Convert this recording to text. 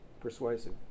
persuasive